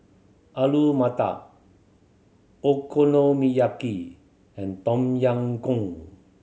Alu Matar Okonomiyaki and Tom Yam Goong